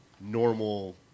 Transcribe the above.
normal